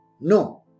No